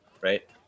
right